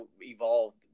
evolved